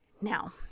Now